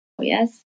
Yes